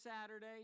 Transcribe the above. Saturday